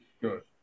Good